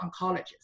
oncologist